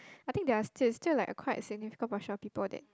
I think there are still still like quite a significant portion of people that